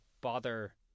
bother